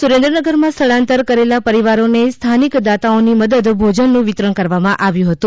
સુરેન્દ્રનગર માં સ્થળાંતર કરેલા પરિવારો ને સ્થાનિક દાતાઑ ની મદદ ભોજન નુ વિતરણ કરવામાં આવ્યું હતું